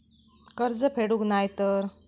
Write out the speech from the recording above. कर्ज फेडूक नाय तर?